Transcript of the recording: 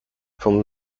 from